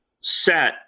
set